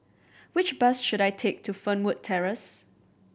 which bus should I take to Fernwood Terrace